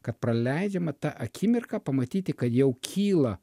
kad praleidžiama ta akimirka pamatyti kad jau kyla